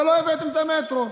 ולא הבאתם את המטרו.